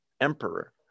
emperor